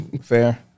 fair